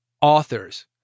authors